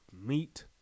meat